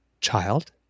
Child